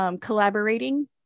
collaborating